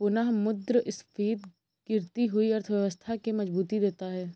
पुनःमुद्रस्फीति गिरती हुई अर्थव्यवस्था के मजबूती देता है